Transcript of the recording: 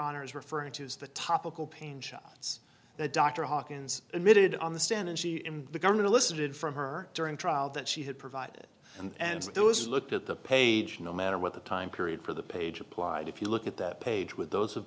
honor is referring to is the topical pain the dr hawkins admitted on the stand and she in the government elicited from her during trial that she had provided it and those looked at the page no matter what the time period for the page applied if you look at that page with those have